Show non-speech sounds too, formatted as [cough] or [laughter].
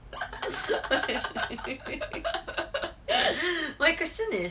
[laughs] my question is